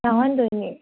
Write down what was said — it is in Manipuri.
ꯌꯥꯎꯍꯟꯗꯣꯏꯅꯦ